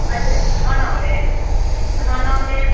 अच्छा खाने में खाने में